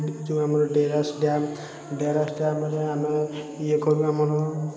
ଏଇ ଯେଉଁ ଆମର ଡେରାସ ଡ୍ୟାମ୍ ଡେରାସ ଡ୍ୟାମ୍ରେ ଆମେ ଇଏ କରୁ ଆମର